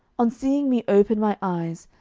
on seeing me open my eyes,